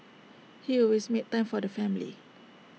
he always made time for the family